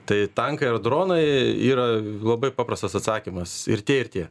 tai tankai ar dronai yra labai paprastas atsakymas ir tie ir tie